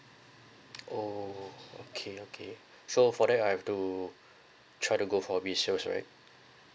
orh okay okay so for that I have to try to go for a resale right